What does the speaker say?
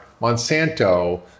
Monsanto